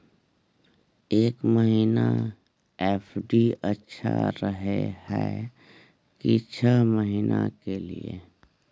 एक महीना एफ.डी अच्छा रहय हय की छः महीना के लिए?